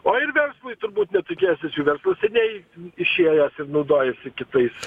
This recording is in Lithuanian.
o ir verslui turbūt netukės nes jų verslas seniai išėjęs ir naudojasi kitais